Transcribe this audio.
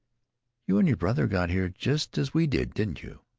you and your brother got here just as we did, didn't you?